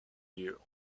you